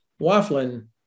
waffling